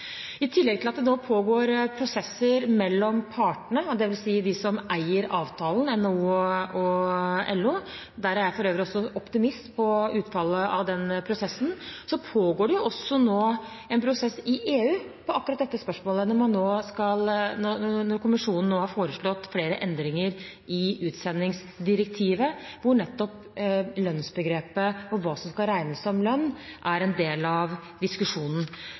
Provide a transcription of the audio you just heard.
I tillegg til at det pågår prosesser mellom partene, dvs. de som eier avtalen, NHO og LO – der er jeg for øvrig også optimist, med tanke på utfallet av den prosessen – pågår det også nå en prosess i EU om akkurat dette spørsmålet, når kommisjonen nå har foreslått flere endringer i utsendingsdirektivet, hvor nettopp lønnsbegrepet, og hva som skal regnes som lønn, er en del av diskusjonen.